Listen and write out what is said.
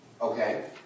Okay